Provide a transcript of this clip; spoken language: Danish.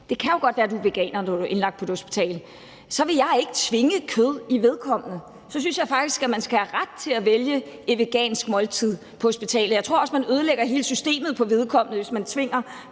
det kan det jo godt være at man er – så vil jeg ikke tvinge kød i vedkommende, og så synes jeg faktisk, at man skal have ret til at vælge et vegansk måltid på hospitalet. Og jeg tror også, man ødelægger hele systemet på vedkommende, hvis man lige